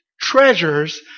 treasures